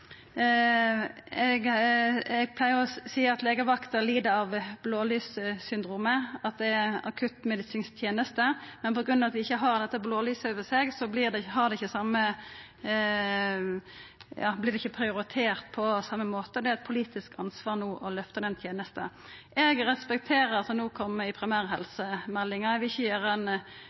Eg pleier å seia at legevakta lid av blålyssyndromet – at det er akuttmedisinsk teneste, men på grunn av at ein ikkje har dette blålyset over seg, vert det ikkje prioritert på same måten. Det er eit politisk ansvar no å løfta den tenesta. Eg respekterer at dette kjem i primærhelsemeldinga. Eg vil ikkje